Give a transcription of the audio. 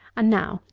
and, now,